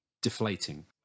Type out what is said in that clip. deflating